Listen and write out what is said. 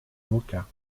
moka